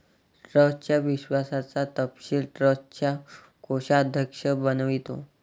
ट्रस्टच्या विश्वासाचा तपशील ट्रस्टचा कोषाध्यक्ष बनवितो